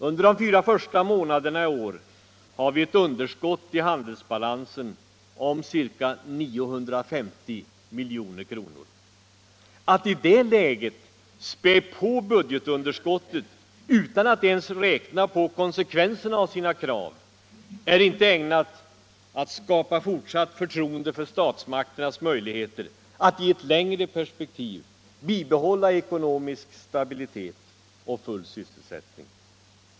Under de fyra första månaderna i år har vi ett underskott i handelsbalansen om ca 950 milj.kr. Att i detta läge späda på budgetunderskottet utan att ens räkna på konsekvenserna av sina krav är inte ägnat att skapa fortsatt förtroende för statsmakternas möjligheter att i ett längre perspektiv bibehålla ekonomisk stabilitet och full sysselsättning.